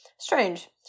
Strange